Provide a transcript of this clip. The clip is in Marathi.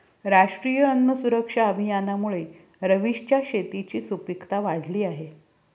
राष्ट्रीय अन्न सुरक्षा अभियानामुळे रवीशच्या शेताची सुपीकता वाढली आहे